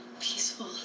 peaceful